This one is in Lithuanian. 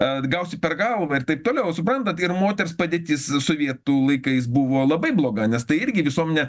at gausi per galvą ir taip toliau suprantat ir moters padėtis sovietų laikais buvo labai bloga nes tai irgi visuomenė